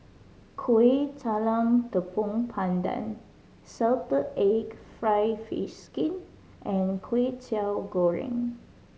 Kueh Talam Tepong Pandan salted egg fried fish skin and Kwetiau Goreng